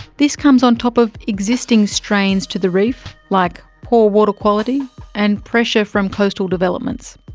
this comes on top of existing strains to the reef like poor water quality and pressure from coastal developments.